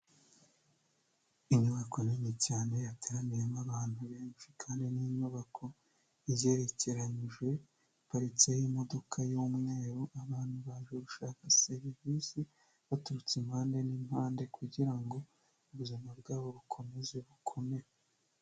Inyubako nini cyane yateraniyemo abantu benshi kandi ni inyubako igerekenyije iparitseho imodoka y'umweru, abantu baje gushaka serivisi baturutse impande n'impande kugira ngo ubuzima bwabo bukomeze bukomere.